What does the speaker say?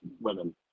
women